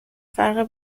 فرق